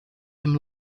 them